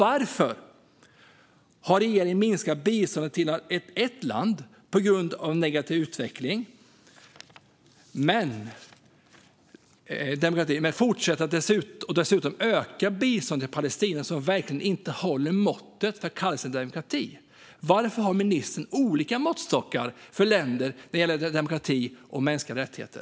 Varför minskar regeringen biståndet till Tanzania på grund av negativ utveckling men ökar biståndet till Palestina, som verkligen inte håller måttet för att kalla sig demokrati? Varför har ministern olika måttstockar för länder vad gäller demokrati och mänskliga rättigheter?